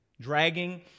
dragging